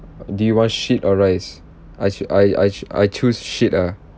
do you want shit or rice I cho~ I I ch~ I choose shit ah